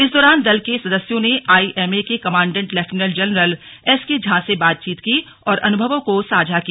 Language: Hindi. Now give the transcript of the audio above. इस दौरान दल के सदस्यों ने आईएमए के commandant lieutenant general S K Jha से बातचीत की और अनुभवों को साझा किया